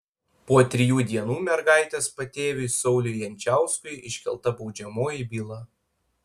po trijų dienų mergaitės patėviui sauliui jančiauskui iškelta baudžiamoji byla